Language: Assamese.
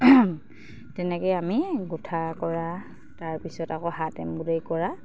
তেনেকৈয়ে আমি গোঁঠা কৰা তাৰপিছত আকৌ হাত এমব্ৰইডাৰী কৰা